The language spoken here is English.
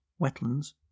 wetlands